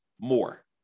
more